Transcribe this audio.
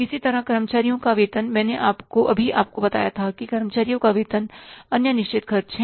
इसी तरह कर्मचारियों का वेतन मैंने अभी आपको बताया था कि कर्मचारियों का वेतन अन्य निश्चित खर्च हैं